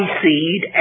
seed